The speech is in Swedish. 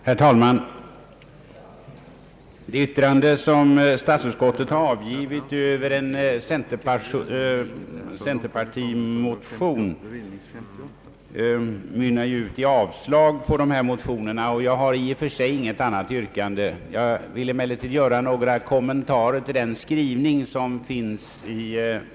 Herr talman! Det yttrande som statsutskottet har avgivit över en centerpartimotion i detta ärende mynnar ut i avslag på motionen, och jag har i och för sig inget annat yrkande. Jag vill emellertid göra några kommentarer till utskottets skrivning.